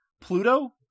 Pluto